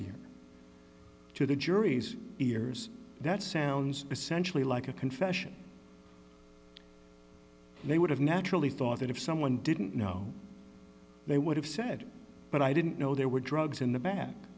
here to the jury's ears that sounds essentially like a confession they would have naturally thought that if someone didn't know they would have said but i didn't know there were drugs in the ba